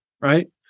right